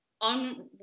on